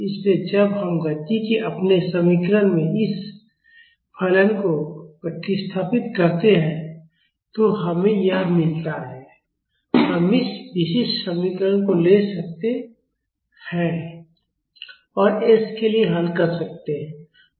इसलिए जब हम गति के अपने समीकरण में इस फलन को प्रतिस्थापित करते हैं तो हमें यह मिलता है और हम इस विशिष्ट समीकरण को ले सकते हैं और s के लिए हल कर सकते हैं